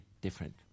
different